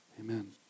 Amen